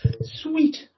Sweet